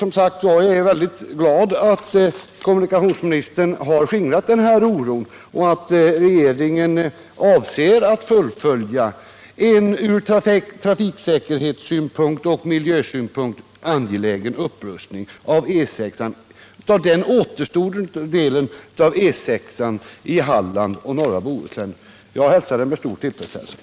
Men jag är mycket glad att kommunikationsministern har skingrat oron och att regeringen avser att fullfölja en från trafiksäkerhetssynpunkt och miljösynpunkt angelägen upprustning av den återstående delen av E 6 i Halland och norra Bohuslän. Jag hälsar den med stor tillfredsställelse.